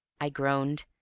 i groaned.